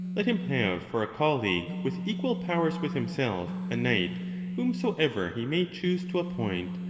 let him have for a colleague, with equal powers with himself, a knight whomsoever he may choose to appoint,